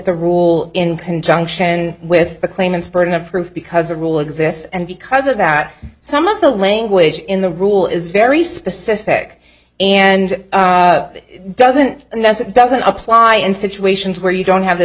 the rule in conjunction with the claimants burden of proof because a rule exists and because of that some of the language in the rule is very specific and it doesn't and that's it doesn't apply in situations where you don't have th